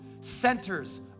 centers